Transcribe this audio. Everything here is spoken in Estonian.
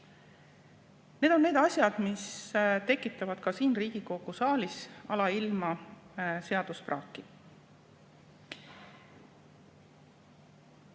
Need on asjad, mis tekitavad ka siin Riigikogu saalis alailma seaduspraaki.